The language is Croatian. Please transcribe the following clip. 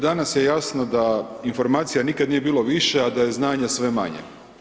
Dakle, danas je jasno da informacija nikada nije bilo više, a da je znanje sve manje.